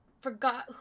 forgot